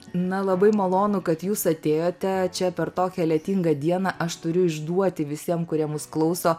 na labai malonu kad jūs atėjote čia per tokią lietingą dieną aš turiu išduoti visiem kurie mus klauso